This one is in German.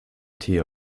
tee